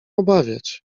obawiać